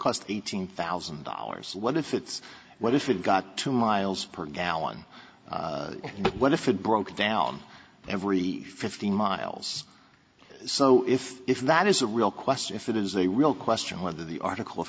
cost eighteen thousand dollars what if it's what if it got two miles per gallon but what if it broke down every fifteen miles so if if that is a real question if it is a real question whether the article